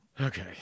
Okay